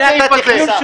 בשנת התכנון,